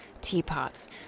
teapots